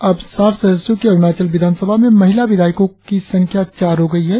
अब साठ सदस्यों की अरुणाचल विधानसभा में महिला विधायकों को संख्या चार हो गयी है